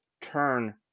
turn